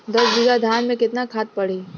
दस बिघा धान मे केतना खाद परी?